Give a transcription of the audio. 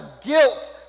guilt